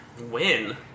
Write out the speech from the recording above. Win